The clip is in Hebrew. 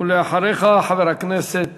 ואחריך, חבר הכנסת